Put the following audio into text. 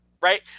right